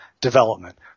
development